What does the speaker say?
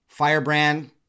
Firebrand